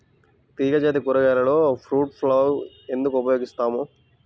తీగజాతి కూరగాయలలో fruit fly ఎందుకు ఉపయోగిస్తాము?